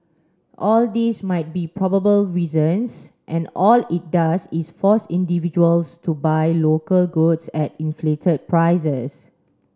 all these might be probable reasons and all it does is force individuals to buy local goods at inflated prices